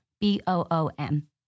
B-O-O-M